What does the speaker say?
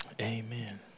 Amen